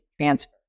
transfer